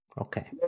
Okay